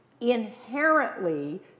inherently